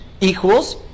equals